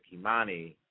Kimani